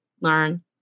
learn